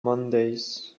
mondays